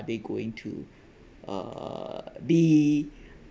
they going to uh be